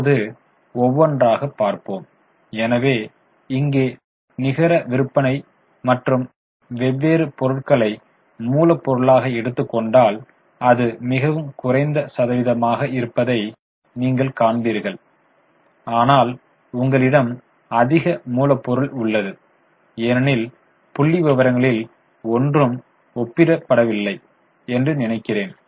இப்போது ஒவ்வொன்றாக பார்ப்போம் எனவே இங்கே நிகர விற்பனை மற்றும் வெவ்வேறு பொருட்களை மூலப்பொருளாக எடுத்துக் கொண்டால் அது மிகவும் குறைந்த சதவீதமாக இருப்பதை நீங்கள் காண்பீர்கள் ஆனால் உங்களிடம் அதிக மூலப்பொருள் உள்ளது ஏனெனில் புள்ளிவிவரங்களில் ஒன்றும் ஒப்பிட படவில்லை என்று நினைக்கிறேன்